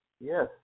Yes